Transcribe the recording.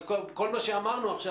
אז כל מה שאמרנו עכשיו,